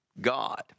God